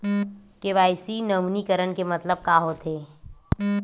KYC नवीनीकरण के मतलब का होथे?